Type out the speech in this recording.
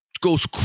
goes